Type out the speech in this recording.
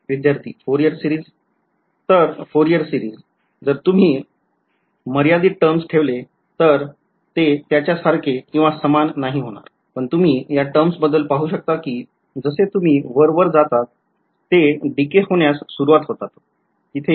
विध्यार्थी Fourier series तर Fourier series जर तुम्ही मर्यादित टर्म्स ठेवले तर ते त्याच्या सारखेसामान नाही होणार जसे तुम्ही वर वर जातात तुम्ही या टर्म्स बद्दल पाहू शकता कि ते डिके होण्यास सुरवात होतात तिथे आहे